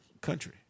country